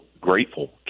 grateful